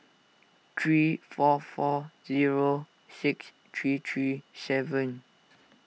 three four four zero six three three seven